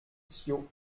ciot